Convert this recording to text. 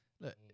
Look